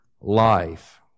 life